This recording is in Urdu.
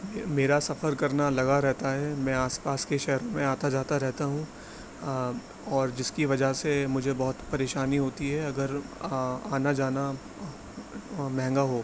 میرا سفر کرنا لگا رہتا ہے میں آس پاس کے شہروں میں آتا جاتا رہتا ہوں اور جس کی وجہ سے مجھے بہت پریشانی ہوتی ہے اگر آنا جانا مہنگا ہو